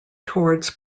towards